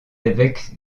évêques